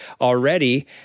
already